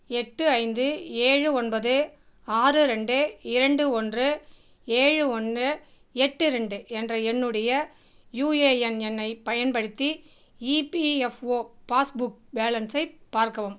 எட்டு ஐந்து ஏழு ஒன்பது ஆறு ரெண்டு இரண்டு ஒன்று ஏழு ஒன்று எட்டு ரெண்டு என்ற என்னுடைய யூஏஎன் எண்ணைப் பயன்படுத்தி இபிஎஃப்ஓ பாஸ்புக் பேலன்ஸை பார்க்கவும்